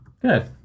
Good